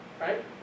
Right